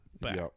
back